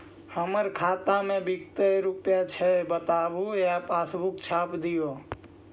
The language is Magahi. हमर खाता में विकतै रूपया छै बताबू या पासबुक छाप दियो?